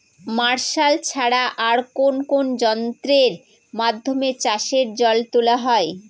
Martial ছাড়া আর কোন কোন যন্ত্রেরর মাধ্যমে চাষের জল তোলা হয়?